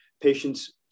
patients